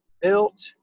built